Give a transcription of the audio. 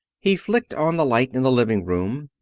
he flicked on the light in the living-room.